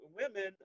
women